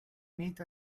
meet